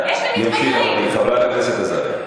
יש לי מתבגרים, חברת הכנסת עזריה.